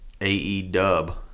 A-E-Dub